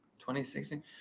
2016